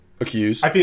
Accused